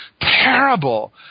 terrible